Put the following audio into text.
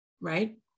right